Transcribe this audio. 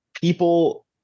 people